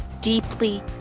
deeply